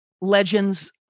legends